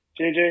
JJ